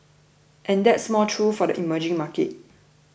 and that's more true for the emerging markets